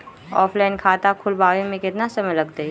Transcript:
Offline खाता खुलबाबे में केतना समय लगतई?